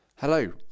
Hello